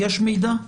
יש מידע?